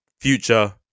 future